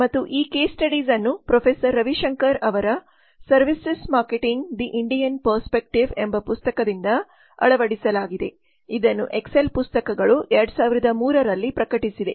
ಮತ್ತು ಈ case studies ಅನ್ನು ಪ್ರೊಫೆಸರ್ ರವಿಶಂಕರ್ ಅವರ services marketing the Indian perspective ಎಂಬ ಪುಸ್ತಕದಿಂದ ಅಳವಡಿಸಲಾಗಿದೆ ಇದನ್ನು ಎಕ್ಸೆಲ್ ಪುಸ್ತಕಗಳು 2003 ರಲ್ಲಿ ಪ್ರಕಟಿಸಿದೆ